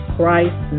Christ